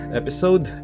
episode